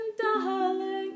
darling